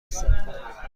سوم